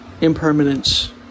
impermanence